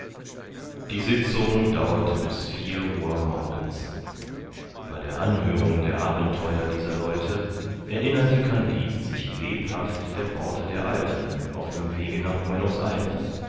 die sitzung dauerte bis vier uhr morgens bei der anhörung der abenteuer dieser leute erinnerte kandid sich lebhaft der worte der alten auf dem wege nach buenos ayres